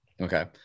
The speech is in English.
Okay